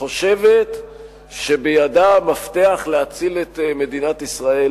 חושבת שבידה המפתח להציל את מדינת ישראל,